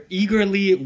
eagerly